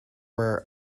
were